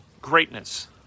greatness